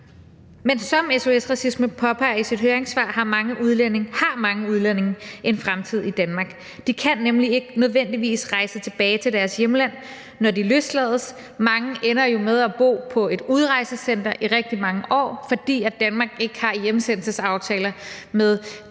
Men som SOS Racisme påpeger i sit høringssvar, har mange udlændinge en fremtid i Danmark. De kan nemlig ikke nødvendigvis rejse tilbage til deres hjemland, når de løslades, mange ender jo med at bo på et udrejsecenter i rigtig mange år, fordi Danmark ikke har hjemsendelsesaftaler med